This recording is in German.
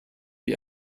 wie